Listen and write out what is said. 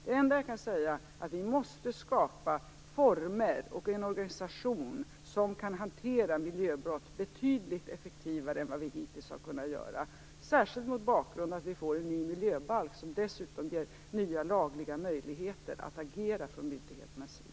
Det enda jag kan säga är att vi måste skapa former och en organisation som gör att vi kan hantera miljöbrott betydligt effektivare än vi hittills kunnat göra, särskilt mot bakgrund av att vi får en ny miljöbalk som dessutom ger nya lagliga möjligheter att agera från myndigheternas sida.